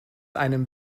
einem